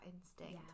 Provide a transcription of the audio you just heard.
instinct